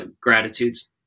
Gratitudes